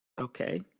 Okay